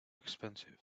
expensive